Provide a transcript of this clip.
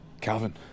Calvin